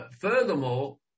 furthermore